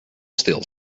stil